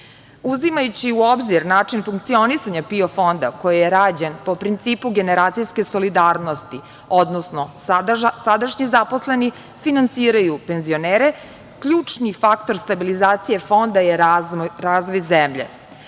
u obzir način funkcionisanja PIO fonda koji je rađen po principu generacijske solidarnosti, odnosno sadašnji zaposleni finansiraju penzionere, ključni faktor stabilizacije fonda je razvoj zemlje. Važno